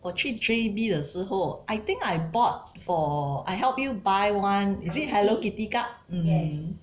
我去 J_B 的时候 I think I bought for I help you buy [one] is it Hello Ktty cup mm